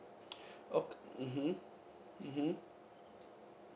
okay mmhmm mmhmm